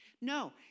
No